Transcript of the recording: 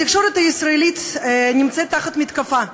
התקשורת הישראלית נמצאת תחת מתקפה,